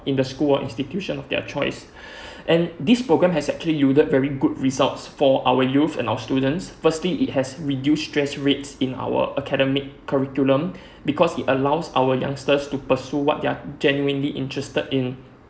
in the school or institution of their choice and this program has actually yielded very good results for our youth and our students firstly it has reduced stress rates in our academic curriculum because it allows our youngsters to pursue what they're genuinely interested in